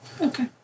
Okay